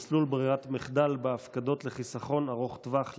(מסלול ברירת מחדל בהפקדות לחיסכון ארוך טווח לילד),